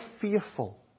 fearful